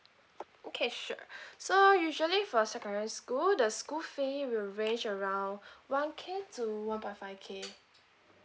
okay sure so usually for secondary school the school fee will arrange around one K to one point five K